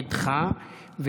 נדחה.